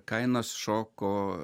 kainos šoko